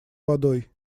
водой